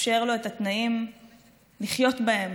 לאפשר לו את התנאים לחיות בהם,